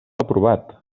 aprovat